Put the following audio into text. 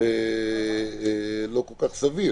לא סביר כל כך.